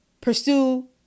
pursue